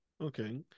Okay